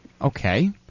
Okay